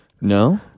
No